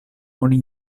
oni